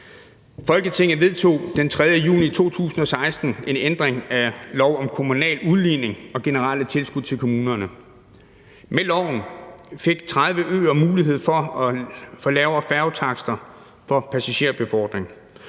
Folketinget vedtog den 3. juni 2016 en ændring af lov om kommunal udligning og generelle tilskud til kommunerne. Med loven fik 30 øer mulighed for at få lavere færgetakster for passagerbefordring.